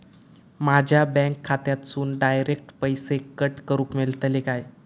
माझ्या बँक खात्यासून डायरेक्ट पैसे कट करूक मेलतले काय?